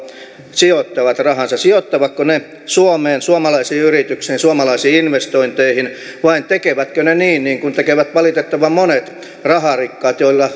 sijoittavat rahansa sijoittavatko he suomeen suomalaisiin yrityksiin suomalaisiin investointeihin vai tekevätkö he niin niin kuin tekevät valitettavan monet raharikkaat joilla